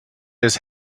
his